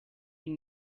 you